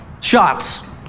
shots